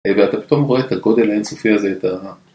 ואתה פתאום רואה את הגודל האינסופי הזה, את ה...